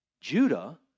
Judah